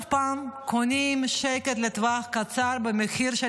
עוד פעם קונים שקט לטווח קצר במחיר של